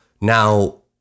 Now